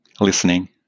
Listening